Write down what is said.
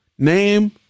Name